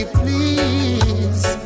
please